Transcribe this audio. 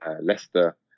Leicester